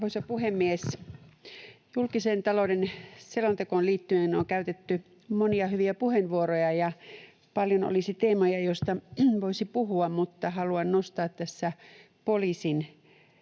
Arvoisa puhemies! Julkisen talouden selontekoon liittyen on käytetty monia hyviä puheenvuoroja, ja paljon olisi teemoja, joista voisi puhua, mutta haluan nostaa tässä esille